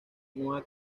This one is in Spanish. nueva